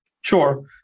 Sure